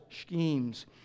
schemes